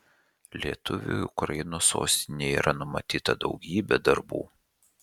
lietuviui ukrainos sostinėje yra numatyta daugybė darbų